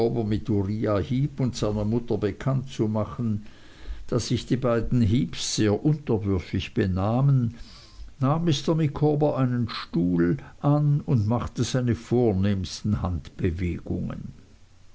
und seiner mutter bekannt zu machen da sich die beiden heeps sehr unterwürfig benahmen nahm mr micawber einen stuhl an und machte seine vornehmsten handbewegungen